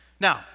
Now